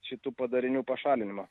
šitų padarinių pašalinimo